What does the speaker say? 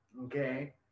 okay